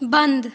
बंद